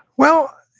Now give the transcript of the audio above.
well,